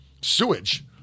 sewage